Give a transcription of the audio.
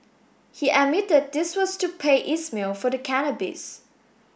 he admitted this was to pay Ismail for the cannabis